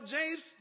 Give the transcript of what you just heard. James